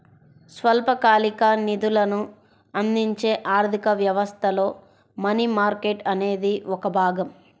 స్వల్పకాలిక నిధులను అందించే ఆర్థిక వ్యవస్థలో మనీ మార్కెట్ అనేది ఒక భాగం